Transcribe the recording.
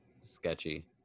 sketchy